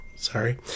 Sorry